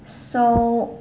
so